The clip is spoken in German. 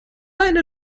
eine